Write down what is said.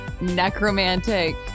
necromantic